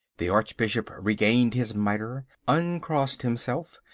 the archbishop regained his mitre, uncrossed himself,